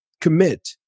commit